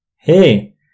Hey